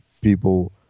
people